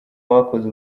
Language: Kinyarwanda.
bakoze